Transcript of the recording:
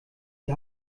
die